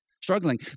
Struggling